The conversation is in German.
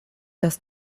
das